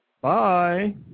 bye